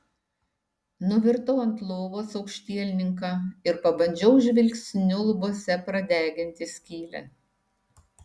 nuvirtau ant lovos aukštielninka ir pabandžiau žvilgsniu lubose pradeginti skylę